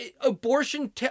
Abortion